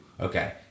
okay